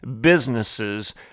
businesses